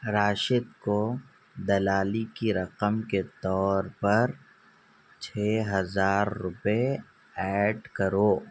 راشد کو دلالی کی رقم کے طور پر چھ ہزار روپئے ایڈ کرو